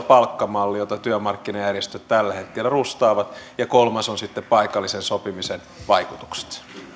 palkkamalli jota työmarkkinajärjestöt tällä hetkellä rustaavat ja neljäs on sitten paikallisen sopimisen vaikutukset